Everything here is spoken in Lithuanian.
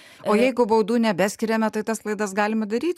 o jeigu baudų nebeskiriame tai tas klaidas galima daryt